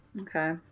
Okay